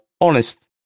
honest